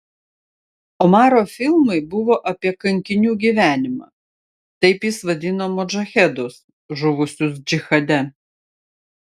omaro filmai buvo apie kankinių gyvenimą taip jis vadino modžahedus žuvusius džihade